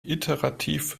iterativ